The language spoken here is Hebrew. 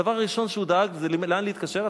הדבר הראשון זה, לאן התקשר?